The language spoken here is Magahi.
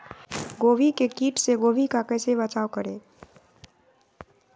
गोभी के किट से गोभी का कैसे बचाव करें?